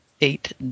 Eight